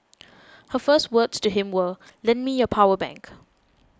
her first words to him were lend me your power bank